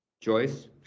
Joyce